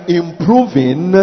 improving